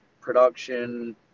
production